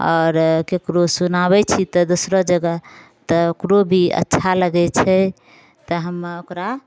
आओर केकरो सुनाबै छी तऽ दोसरो जगह तऽ ओकरो भी अच्छा लगै छै तऽ हम ओकरा